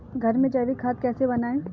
घर पर जैविक खाद कैसे बनाएँ?